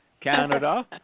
Canada